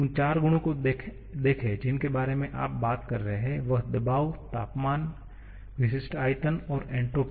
उन चार गुणों को देखें जिनके बारे में आप बात कर रहे हैं वह दबाव तापमान विशिष्ट आयतन और एन्ट्रॉपी है